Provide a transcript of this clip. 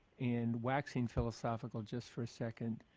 and waxing philosophical just for a second,